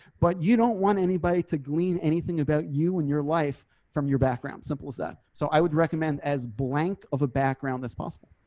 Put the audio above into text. but you don't want anybody to glean anything about you and your life from your background. simple as that. so i would recommend as blank of a background as possible.